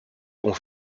ont